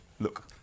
Look